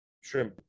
shrimp